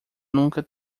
nunca